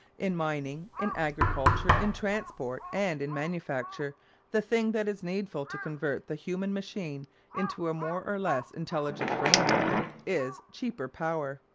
in mining, in agriculture, in transport and in manufacture the thing that is needful to convert the human machine into a more or less intelligent brainworker is cheaper power.